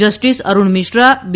justice Arun Mishra બી